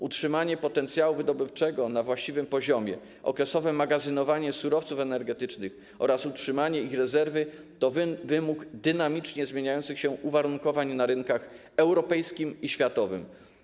Utrzymanie potencjału wydobywczego na właściwym poziomie, okresowe magazynowanie surowców energetycznych oraz utrzymanie ich rezerwy to wymóg dynamicznie zmieniających się uwarunkowań na rynkach europejskim i światowym.